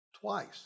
twice